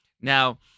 Now